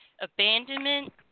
abandonment